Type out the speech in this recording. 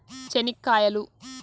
చెనిక్కాయలు